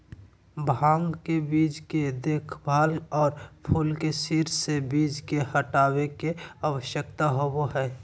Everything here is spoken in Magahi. भांग के बीज के देखभाल, और फूल के सिर से बीज के हटाबे के, आवश्यकता होबो हइ